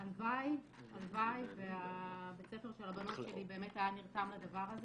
הלוואי ובית הספר של הבנות שלי באמת היה נרתם לדבר הזה.